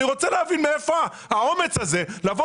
אני רוצה להבין מאיפה האומץ הזה לבוא